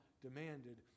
demanded